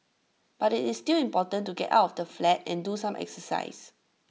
but IT is still important to get out of the flat and do some exercise